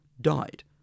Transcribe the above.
died